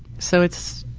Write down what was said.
so it's,